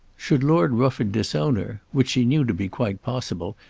should lord rufford disown her, which she knew to be quite possible,